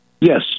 Yes